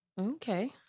okay